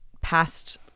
past